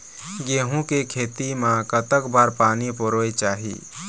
गेहूं के खेती मा कतक बार पानी परोए चाही?